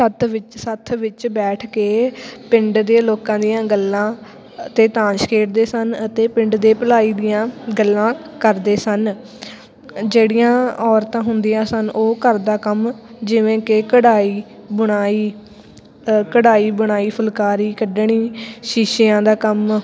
ਸਤ ਵਿੱਚ ਸੱਥ ਵਿੱਚ ਬੈਠ ਕੇ ਪਿੰਡ ਦੇ ਲੋਕਾਂ ਦੀਆਂ ਗੱਲਾਂ ਅਤੇ ਤਾਸ਼ ਖੇਡਦੇ ਸਨ ਅਤੇ ਪਿੰਡ ਦੇ ਭਲਾਈ ਦੀਆਂ ਗੱਲਾਂ ਕਰਦੇ ਸਨ ਜਿਹੜੀਆਂ ਔਰਤਾਂ ਹੁੰਦੀਆਂ ਸਨ ਉਹ ਘਰ ਦਾ ਕੰਮ ਜਿਵੇਂ ਕਿ ਕਢਾਈ ਬੁਣਾਈ ਕਢਾਈ ਬੁਣਾਈ ਫੁਲਕਾਰੀ ਕੱਢਣੀ ਸ਼ੀਸ਼ਿਆਂ ਦਾ ਕੰਮ